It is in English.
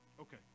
Okay